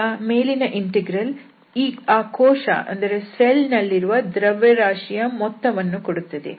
ಆಗ ಮೇಲಿನ ಇಂಟೆಗ್ರಲ್ ಆ ಕೋಶ ದಲ್ಲಿರುವ ದ್ರವ್ಯರಾಶಿಯ ಮೊತ್ತವನ್ನು ಕೊಡುತ್ತದೆ